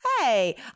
Hey